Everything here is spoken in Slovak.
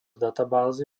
databázy